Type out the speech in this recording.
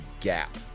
gap